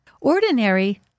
Ordinary